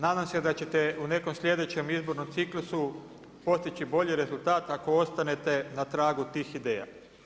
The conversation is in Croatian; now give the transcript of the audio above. Nadam se da ćete u nekom sljedećem izbornom ciklusu postići bolji rezultat ako ostane na tragu tih ideja.